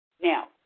now